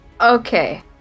Okay